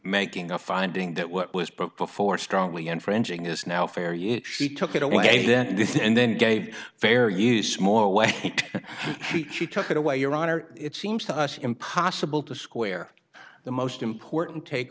making a finding that what was broke before strongly infringing is now fair yet she took it away and then gave fair or use more way she took it away your honor it seems to us impossible to square the most important take